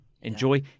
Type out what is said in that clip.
Enjoy